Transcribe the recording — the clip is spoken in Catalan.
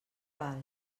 val